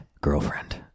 girlfriend